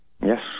yes